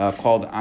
called